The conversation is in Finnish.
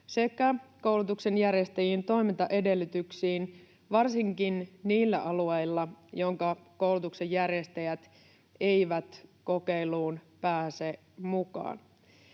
sekä koulutuksen järjestäjien toimintaedellytyksiin varsinkin niillä alueilla, joiden koulutuksen järjestäjät eivät kokeiluun pääse mukaan.